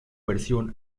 versión